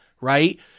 right